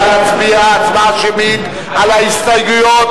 נא להצביע הצבעה שמית על ההסתייגויות